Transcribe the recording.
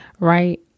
Right